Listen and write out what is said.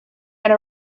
and